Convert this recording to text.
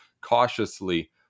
cautiously